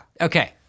Okay